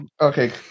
Okay